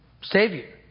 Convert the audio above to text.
savior